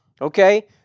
okay